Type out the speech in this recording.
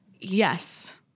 Yes